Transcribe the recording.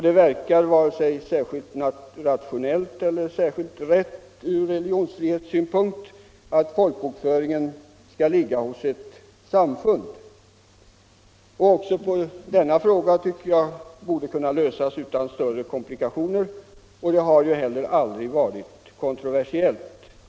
Det är varken särskilt rationellt eller särskilt riktigt, ur religionsfrihetssynpunkt, att folkbokföringen skall ligga hos ett samfund. Även denna fråga borde kunna lösas utan större komplikationer. Den har heller aldrig varit kontroversiell.